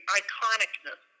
iconicness